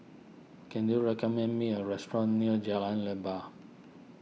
can you recommend me a restaurant near Jalan Leban